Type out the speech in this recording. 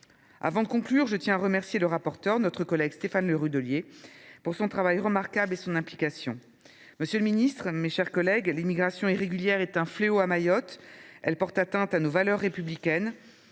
Avant de conclure, je tiens à remercier le rapporteur, notre collègue Stéphane Le Rudulier, de son travail remarquable et de son implication. Monsieur le ministre, mes chers collègues, l’immigration irrégulière est un fléau à Mayotte. Elle porte atteinte à nos valeurs républicaines.